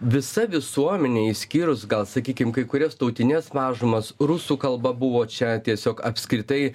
visa visuomenė išskyrus gal sakykim kai kurias tautines mažumas rusų kalba buvo čia tiesiog apskritai